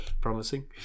promising